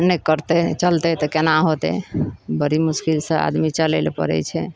नहि करतै चलतै तऽ केना होयतै बड़ी मुश्किल से आदमी चलै लए पड़ै छै